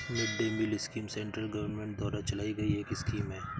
mid day meal scheme central government द्वारा चलाई गई एक स्कीम है